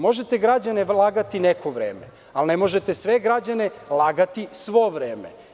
Možete građane lagati neko vreme, ali ne možete sve građane lagati svo vreme.